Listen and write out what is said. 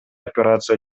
операция